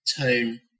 Tone